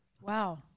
wow